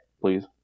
please